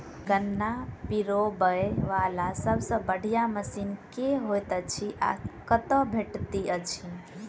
गन्ना पिरोबै वला सबसँ बढ़िया मशीन केँ होइत अछि आ कतह भेटति अछि?